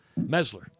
Mesler